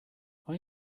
icbm